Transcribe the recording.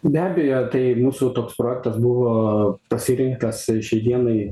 be abejo tai mūsų toks projektas buvo pasirinktas šiai dienai